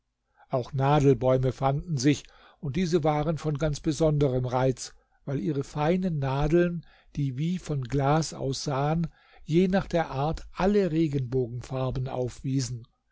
auch nadelbäume fanden sich und diese waren von ganz besonderem reiz weil ihre feinen nadeln die wie von glas aussahen je nach der art alle regenbogenfarben aufwiesen